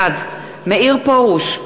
בעד מאיר פרוש,